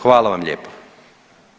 Hvala vam lijepa.